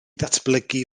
ddatblygu